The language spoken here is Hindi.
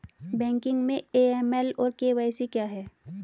बैंकिंग में ए.एम.एल और के.वाई.सी क्या हैं?